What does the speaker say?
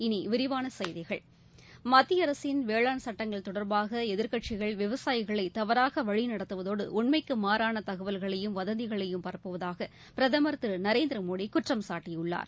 இனி விரிவான செய்திகள் மத்திய அரசின் வேளாண் சட்டங்கள் தொடர்பாக எதிர்க்கட்சிகள் விவசாயிகளை தவறாக வழிநடத்துவதோடு உன்மைக்கு மாறான தகவல்களையும் வதந்திகளையும் பரப்புவதாக பிரதமர் திரு நரேந்திர மோடி குற்றம் சாட்டியுள்ளார்